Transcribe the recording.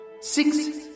Six